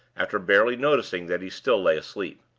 after barely noticing that he still lay asleep.